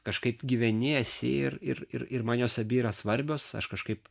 kažkaip gyveni esi ir ir ir ir man jos abi yra svarbios aš kažkaip